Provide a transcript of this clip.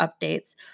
updates